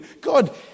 God